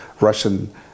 Russian